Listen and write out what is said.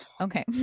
okay